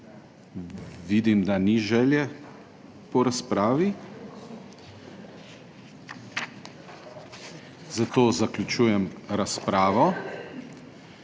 Vidim, da ni želje po razpravi, zato zaključujem razpravo.